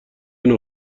نوع